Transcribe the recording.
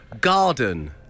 Garden